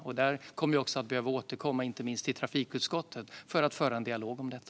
Vi kommer att behöva återkomma, inte minst i trafikutskottet, för att föra en dialog om detta.